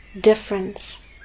difference